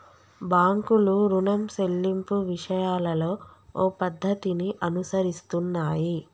బాంకులు రుణం సెల్లింపు విషయాలలో ఓ పద్ధతిని అనుసరిస్తున్నాయి